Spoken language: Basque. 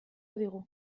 digu